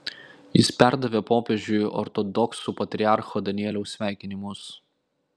jis perdavė popiežiui ortodoksų patriarcho danieliaus sveikinimus